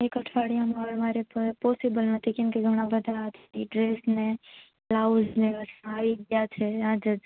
એક અઠવાડીયામાં મારે પોસીબલ નથી કેમ કે હમણાં ઘણા બધાં ફ્રી ડ્રેસ ને બ્લાઉઝને બધા આવી ગયા છે આજે જ